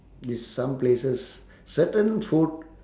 this some places certain food